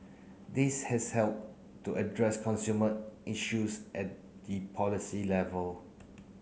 these has helped to address consumer issues at the policy level